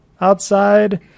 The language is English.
outside